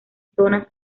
zonas